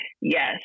Yes